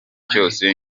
cyose